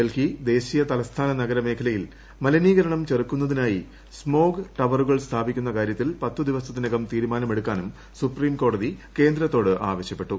ഡൽഹി ദേശീയ തലസ്ഥാന നഗര മേഖലയിൽ മലിനീകരണം ചെറുക്കുന്നതിനായി സ്മോഗ് ടവറുകൾ സ്ഥാപിക്കുന്ന കാര്യത്തിൽ പത്ത് ദിവസത്തിനകം തീരുമാനം എടുക്കാനും സുപ്രീം കോടതി കേന്ദ്രത്തോട് ആവശ്യപ്പെട്ടു